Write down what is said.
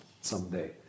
someday